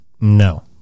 no